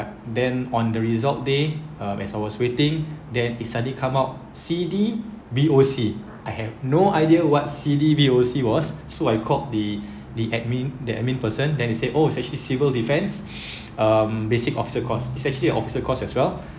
then on the result day um as I was waiting then he suddenly come up C_D_B_O_C I have no idea what C_D_B_O_C was so I called the the admin the admin person than they say oh is actually civil defence um basic officer course it's actually an officer course as well